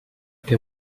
què